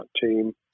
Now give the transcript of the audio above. team